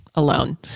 alone